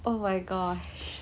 oh my gosh